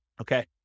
Okay